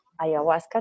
ayahuasca